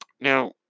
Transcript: Now